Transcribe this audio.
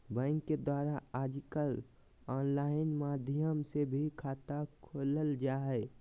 bank के द्वारा आजकल आनलाइन माध्यम से भी खाता खोलल जा हइ